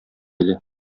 иде